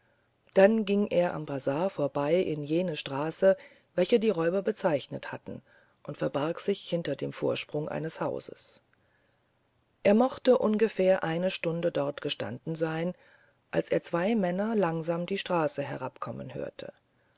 dann ging er am bazar vorbei in jene straße welche die räuber bezeichnet hatten und verbarg sich hinter dem vorsprung eines hauses er mochte ungefähr eine stunde dort gestanden sein als er zwei männer langsam die straße herabkommen hörte